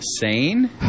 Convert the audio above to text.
sane